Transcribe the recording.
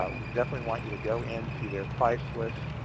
ah we definitely want you to go into their price list,